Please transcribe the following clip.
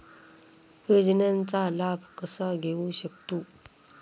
योजनांचा लाभ कसा घेऊ शकतू?